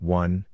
one